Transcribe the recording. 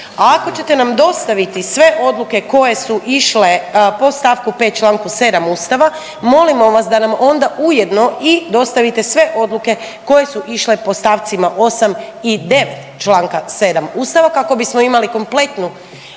ako ćete nam dostaviti sve odluke koje su išle po stavku 5. Članku 7. Ustava molimo vas da nam onda ujedno dostavite sve odluke koje su išle po stavcima 8. i 9. Članka 7. Ustava kako bismo imali kompletnu,